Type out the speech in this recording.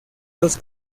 los